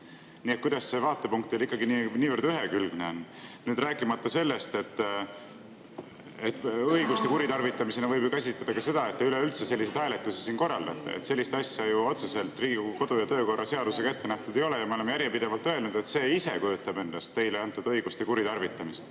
Nii et kuidas see vaatepunkt teil ikkagi niivõrd ühekülgne on? Rääkimata sellest, et õiguste kuritarvitamisena võib ju käsitleda ka seda, et te üleüldse selliseid hääletusi siin korraldate. Sellist asja ju otseselt Riigikogu kodu‑ ja töökorra seadusega ette nähtud ei ole ja me oleme järjepidevalt öelnud, et see ise kujutab endast teile antud õiguste kuritarvitamist.